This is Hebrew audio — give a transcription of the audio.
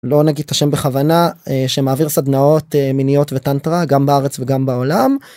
לא נגיד את השם בכוונה שמעביר סדנאות מיניות וטנטרה גם בארץ וגם בעולם.